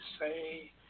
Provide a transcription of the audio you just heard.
say